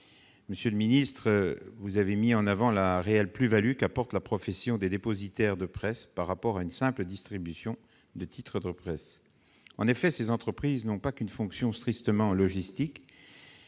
Monsieur le ministre, vous avez mis en avant la réelle plus-value qu'apporte la profession des dépositaires de presse par rapport à une simple distribution de titres de presse. En effet, ces entreprises n'ont pas qu'une fonction strictement logistique